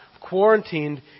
quarantined